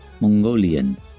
Mongolian